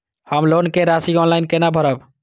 हम लोन के राशि ऑनलाइन केना भरब?